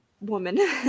woman